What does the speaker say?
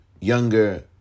younger